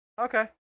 Okay